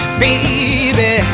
baby